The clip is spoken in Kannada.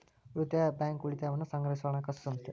ಉಳಿತಾಯ ಬ್ಯಾಂಕ್, ಉಳಿತಾಯವನ್ನ ಸಂಗ್ರಹಿಸೊ ಹಣಕಾಸು ಸಂಸ್ಥೆ